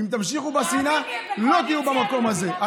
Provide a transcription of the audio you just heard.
אם תמשיכו בשנאה, לא תהיו במקום הזה.